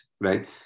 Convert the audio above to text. right